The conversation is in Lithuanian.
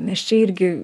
nes čia irgi